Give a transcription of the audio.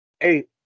Eight